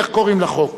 איך קוראים לחוק?